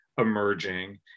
emerging